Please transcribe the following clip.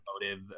motive